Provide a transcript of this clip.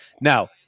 Now